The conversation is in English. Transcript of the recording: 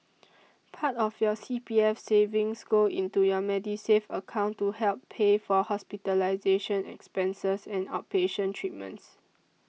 part of your C P F savings go into your Medisave account to help pay for hospitalization expenses and outpatient treatments